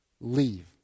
leave